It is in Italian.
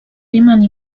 rimane